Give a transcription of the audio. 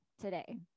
today